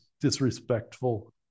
disrespectful